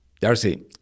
Darcy